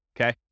Okay